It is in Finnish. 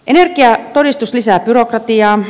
energiatodistus lisää byrokratiaa